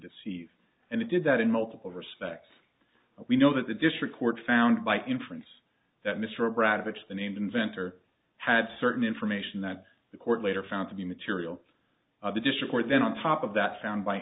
deceive and it did that in multiple respects we know that the district court found by inference that mr obradovich the named inventor had certain information that the court later found to be material of the district court then on top of that found by